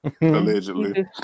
Allegedly